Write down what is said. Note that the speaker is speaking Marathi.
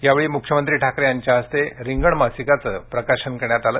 यावेळी मुख्यमंत्री ठाकरे यांच्या हस्ते रिंगण मासिकाचे प्रकाशन करण्यात आले